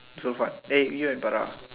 Zulfan eh you and Farah